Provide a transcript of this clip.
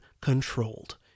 controlled